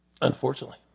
Unfortunately